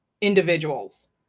individuals